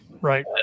right